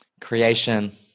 Creation